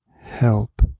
help